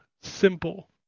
simple